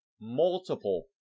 multiple